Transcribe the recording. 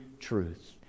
truth